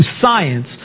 science